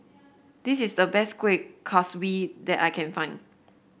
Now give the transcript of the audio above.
this is the best Kueh Kaswi that I can find